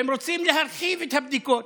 והם רוצים להרחיב את הבדיקות,